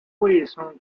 wilson